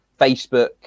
Facebook